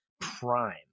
prime